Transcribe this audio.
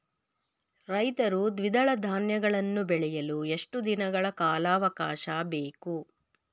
ರೈತರು ದ್ವಿದಳ ಧಾನ್ಯಗಳನ್ನು ಬೆಳೆಯಲು ಎಷ್ಟು ದಿನಗಳ ಕಾಲಾವಾಕಾಶ ಬೇಕು?